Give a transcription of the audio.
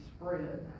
spread